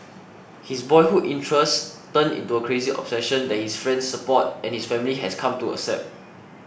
his boyhood interest turned into a crazy obsession that his friends support and his family has come to accept